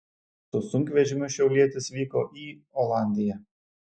su sunkvežimiu šiaulietis vyko į olandiją